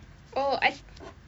oh I